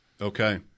Okay